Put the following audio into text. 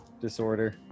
disorder